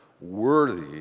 worthy